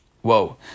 Whoa